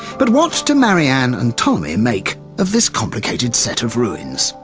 but what do marianne and ptolemy make of this complicated set of ruins?